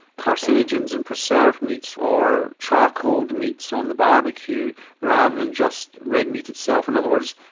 carcinogens in preserved meats or charcoaled meets on the barbecue rather than just red meat itself. in other words,